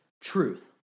truth